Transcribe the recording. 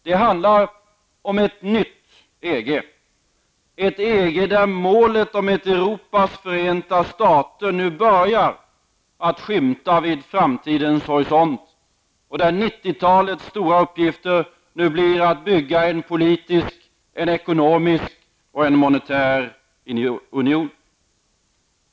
Det handlar om ett nytt EG -- ett EG där målet om ett Europas förenta stater nu börjar att skymta vid framtidens horisont och där 90-talets stora uppgift blir att bygga en politisk, ekonomisk och monetär union.